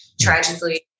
tragically